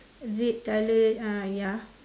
red colour uh ya